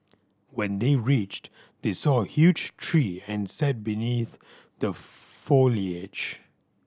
when they reached they saw a huge tree and sat beneath the foliage